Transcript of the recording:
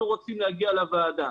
אנחנו רוצים להגיע לוועדה.